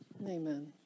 Amen